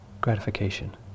gratification